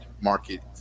market